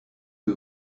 que